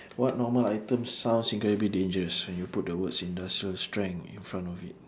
what normal item sounds incredibly dangerous when you put the words industrial strength in front of it